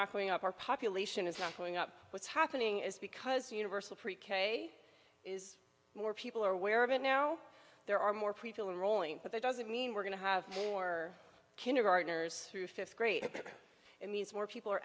going up our population is not going up what's happening is because universal pre k is more people are aware of it now there are more people in rolling but that doesn't mean we're going to have more kindergartners through fifth grade it means more people are